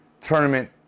tournament